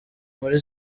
muri